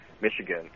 Michigan